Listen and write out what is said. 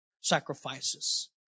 sacrifices